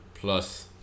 plus